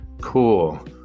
Cool